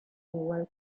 igual